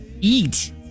eat